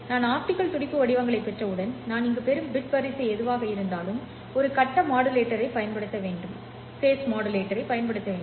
நான் ஆப்டிகல் துடிப்பு வடிவங்களைப் பெற்றவுடன் நான் இங்கு பெறும் பிட் வரிசை எதுவாக இருந்தாலும் ஒரு கட்ட மாடுலேட்டரைப் பயன்படுத்த வேண்டும்